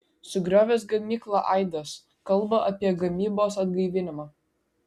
sugriovęs gamyklą aidas kalba apie gamybos atgaivinimą